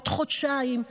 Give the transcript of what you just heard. עוד חודשיים,